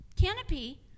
canopy